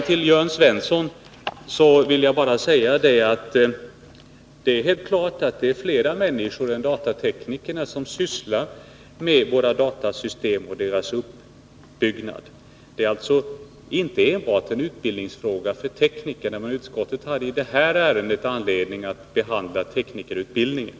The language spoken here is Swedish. Till Jörn Svensson vill jag bara säga att det är helt klart att det är fler människor än datatekniker som sysslar med våra datasystem och deras uppbyggnad. Det är alltså inte enbart en fråga om utbildning av tekniker, men utskottet hade i detta ärende anledning att behandla teknikerutbildningen.